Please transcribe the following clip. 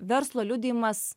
verslo liudijimas